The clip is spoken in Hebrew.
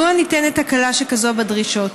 2. מדוע ניתנת הקלה שכזו בדרישות?